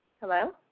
Hello